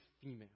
female